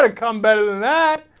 ah combat in that